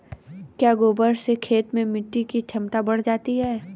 क्या गोबर से खेत में मिटी की क्षमता बढ़ जाती है?